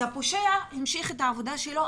אז הפושע המשיך את העבודה שלו,